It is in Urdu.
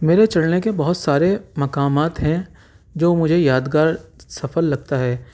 میرے چڑھنے کے بہت سارے مقامات ہیں جو مجھے یادگار سفر لگتا ہے